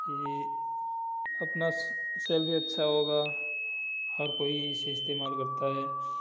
ये अपना सेल भी अच्छा होगा हर कोई इसे इस्तेमाल करता है